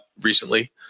recently